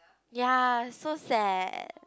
ya so sad